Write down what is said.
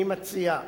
אני מציע,